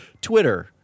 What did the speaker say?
Twitter